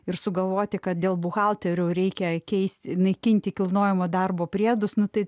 ir sugalvoti kad dėl buhalterių reikia keisti naikinti kilnojamo darbo priedus nu tai